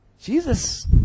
Jesus